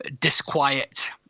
disquiet